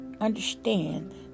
understand